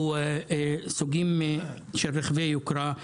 או סוגים של רכבי יוקרה,